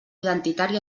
identitari